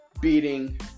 beating